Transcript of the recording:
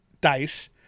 dice